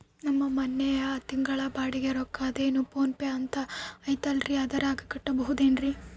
ನಮ್ಮ ಮನೆಯ ತಿಂಗಳ ಬಾಡಿಗೆ ರೊಕ್ಕ ಅದೇನೋ ಪೋನ್ ಪೇ ಅಂತಾ ಐತಲ್ರೇ ಅದರಾಗ ಕಟ್ಟಬಹುದೇನ್ರಿ?